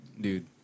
dude